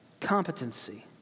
Competency